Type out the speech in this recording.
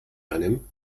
einem